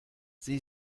sie